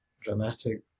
dramatic